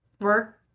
Work